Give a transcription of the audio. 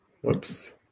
Whoops